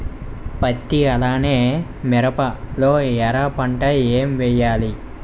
పత్తి అలానే మిరప లో ఎర పంట ఏం వేయాలి?